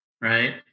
right